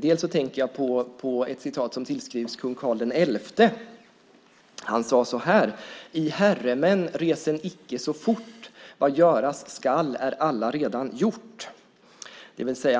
Jag tänker på ett uttalande som tillskrivs kung Karl XI. Han sade så här: Vad göras skall är allaredan gjort. I herredagsmän, reser icke så fort!